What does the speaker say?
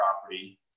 property